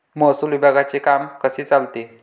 महसूल विभागाचे काम कसे चालते?